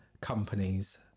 companies